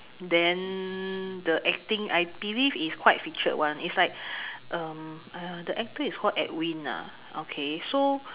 then the acting I believe is quite featured [one] is like um uh the actor is called Edwin lah okay so